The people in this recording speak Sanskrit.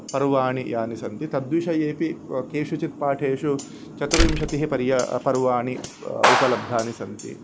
पर्वाणि यानि सन्ति तद्विषयेपि व केषुचित् पाठेषु चतुर्विंशतिः पर्वाणि पर्वाणि उपलब्धानि सन्ति